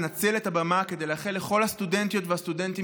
לנצל את הבמה כדי לאחל לכל הסטודנטיות והסטודנטים